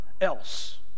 else